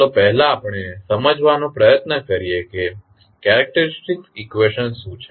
ચાલો પહેલા આપણે સમજવા પ્રયત્ન કરીએ કે કેરેક્ટેરીસ્ટીક ઇકવેશનસ શું છે